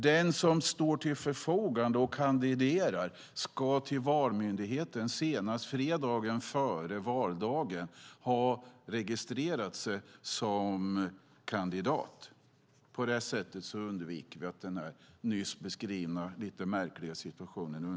Den som står till förfogande och kandiderar ska till Valmyndigheten senast fredagen före valdagen ha registrerat sig som kandidat. På detta sätt undviker vi den nyss beskrivna lite märkliga situationen.